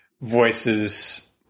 voices